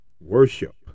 Worship